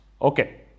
Okay